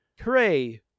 Hooray